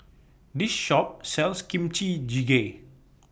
This Shop sells Kimchi Jjigae